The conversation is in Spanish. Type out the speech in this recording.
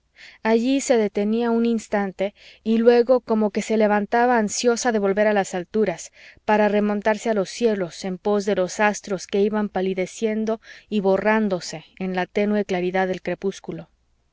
allí se detenía un instante y luego como que se levantaba ansiosa de volver a las alturas para remontarse a los cielos en pos de los astros que iban palideciendo y borrándose en la ténue claridad del crepúsculo